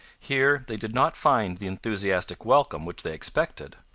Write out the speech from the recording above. here they did not find the enthusiastic welcome which they expected.